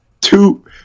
two